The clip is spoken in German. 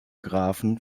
grafen